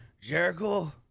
Jericho